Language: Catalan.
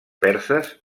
perses